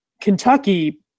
Kentucky